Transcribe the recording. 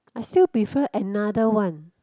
I still prefer another one